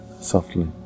softly